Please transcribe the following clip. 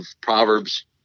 Proverbs